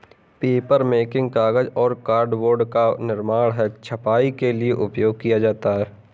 papermaking कागज और cardboard का निर्माण है छपाई के लिए उपयोग किया जाता है